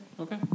Okay